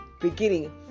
beginning